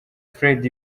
fred